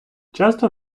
часто